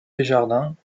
desjardins